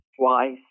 twice